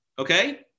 Okay